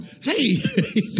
Hey